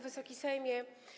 Wysoki Sejmie!